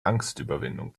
angstüberwindung